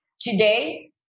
today